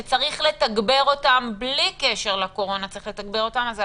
שצריך לתגבר אותם בלי קשר לקורונה אז על